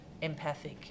empathic